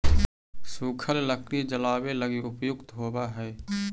सूखल लकड़ी जलावे लगी उपयुक्त होवऽ हई